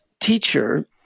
teacher